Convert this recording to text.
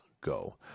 go